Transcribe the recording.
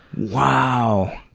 wow.